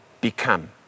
become